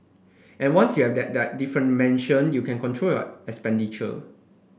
and once you have that that you can control your expenditure